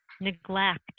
neglect